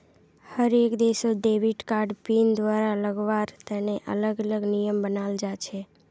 हर एक देशत debit card PIN दुबारा लगावार तने अलग अलग नियम बनाल जा छे